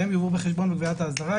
בהם יובאו בחשבון בקביעת האסדרה,